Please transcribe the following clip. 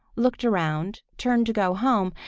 looked around, turned to go home,